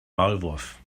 maulwurf